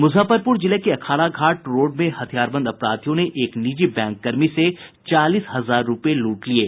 मुजफ्फरपुर जिले के अखाड़ा घाट रोड में हथियारबंद अपराधियों ने एक निजी बैंककर्मी से चालीस हजार रूपये लूट लिये